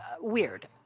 weird